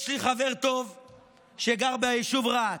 יש לי חבר טוב שגר ביישוב רהט.